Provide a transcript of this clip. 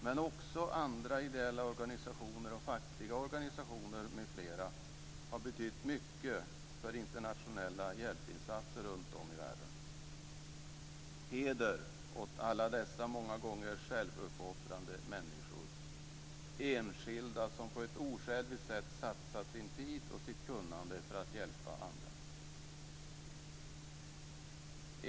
Men också andra ideella organisationer och fackliga organisationer m.fl. har betytt mycket för internationella hjälpinsatser runtom i världen. Heder åt alla dessa många gånger självuppoffrande människor! Det är enskilda som på ett osjälviskt sätt satsat sin tid och sitt kunnande för att hjälpa andra.